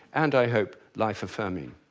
and i hope, life-affirming.